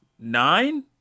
nine